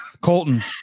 Colton